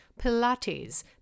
Pilates